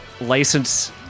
license